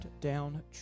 down